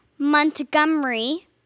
Montgomery